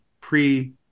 pre-